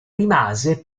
rimase